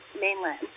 mainland